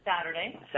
Saturday